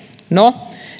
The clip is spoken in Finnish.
no